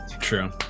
true